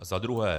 Za druhé.